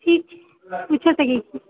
ठीक छै पूछि सकै छी